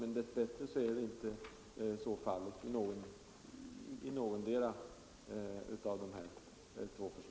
Men dess bättre är det inte så i någotdera fallet.